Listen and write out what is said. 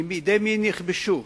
מידי מי הם נכבשו?